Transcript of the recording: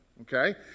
Okay